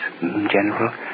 General